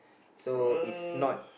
for uh